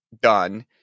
done